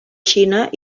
xina